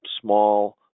small